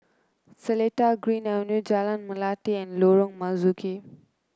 Seletar Green Avenue Jalan Melati and Lorong Marzuki